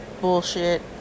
bullshit